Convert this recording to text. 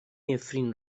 نفرین